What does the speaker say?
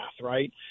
right